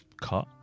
Cut